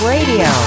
Radio